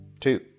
two